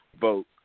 vote